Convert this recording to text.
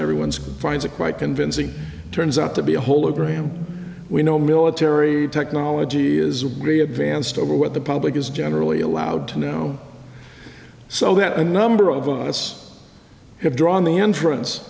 everyone's finds it quite convincing turns out to be a holy grail we know military technology is really advanced over what the public is generally allowed to know so that a number of us have drawn the entrance